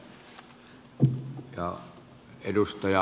arvoisa puhemies